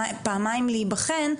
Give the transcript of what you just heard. פעמיים להיבחן,